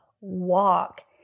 walk